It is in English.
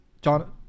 John